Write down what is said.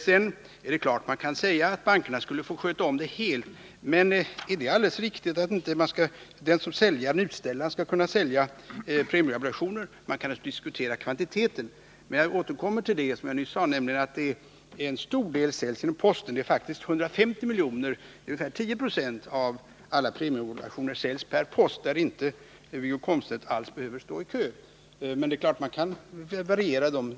Sedan är det klart att man kan säga att bankerna skall få sköta det hela. Men är det alldeles riktigt att den som är utställare inte skall kunna sälja premieobligationer? Man kan naturligtvis diskutera kvantiteten, men jag återkommer till att, som jag nyss sade, en stor del säljs per post. Det är faktiskt 150 milj.kr., dvs. ungefär 10 96 av alla premieobligationer, som säljs per post, och om Wiggo Komstedt köper på det sättet behöver han inte alls köa.